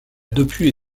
depuis